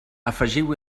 afegiu